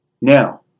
Now